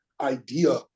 idea